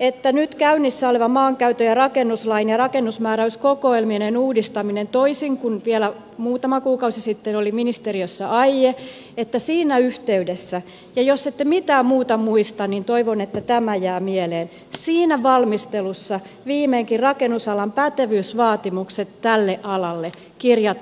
että nyt käynnissä olevassa maankäyttö ja rakennuslain ja rakennusmääräyskokoelmien uudistamisen yhteydessä toisin kuin vielä muutama kuukausi sitten oli ministeriössä aie ja jos ette mitään muuta muista niin toivon että tämä jää mieleen siinä valmistelussa viimeinkin rakennusalan pätevyysvaatimukset tälle alalle kirjataan lakeihin